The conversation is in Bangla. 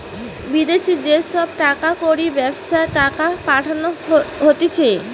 বিদেশি যে সব টাকা কড়ির ব্যবস্থা টাকা পাঠানো হতিছে